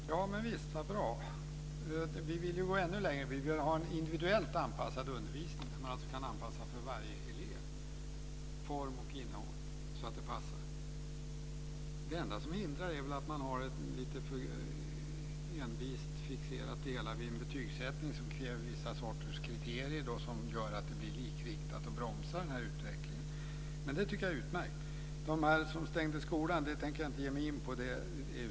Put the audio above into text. Herr talman! Vad bra! Vi vill ju gå ännu längre. Vi vill ha en individuellt anpassad undervisning. Man ska alltså kunna anpassa form och innehåll efter varje elev, så att det passar. Det enda som hindrar detta är väl att man lite för envist har fixerat det hela vid en betygsättning som kräver vissa kriterier som gör att det blir likriktat, och det bromsar den här utvecklingen. Men jag tycker att det här är utmärkt. Jag tänker inte ge mig in på dem som stängde skolan.